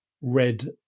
red